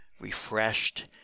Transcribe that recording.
refreshed